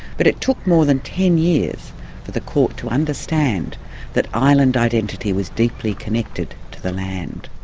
but it took more than ten years for the court to understand that island identity was deeply connected to the land.